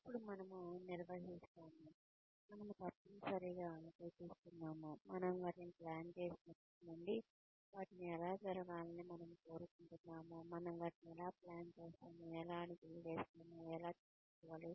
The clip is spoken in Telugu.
ఇప్పుడు మనము నిర్వహిస్తాము మనము తప్పనిసరిగా సూచిస్తున్నాము మనం వాటిని ప్లాన్ చేసినప్పుడు నుండి వాటిని ఎలా జరగాలని మనము కోరుకుంటున్నామో మనం వాటిని ఎలా ప్లాన్ చేస్తాము ఎలా అడుగులు వేస్తాము ఎలా చూసుకోవాలి